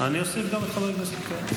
אני אוסיף גם את חבר הכנסת כץ.